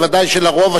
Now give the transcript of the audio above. וודאי שלרוב,